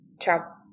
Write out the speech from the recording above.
Ciao